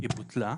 היא בוטלה.